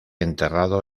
enterrado